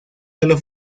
solo